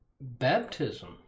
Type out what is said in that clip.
baptism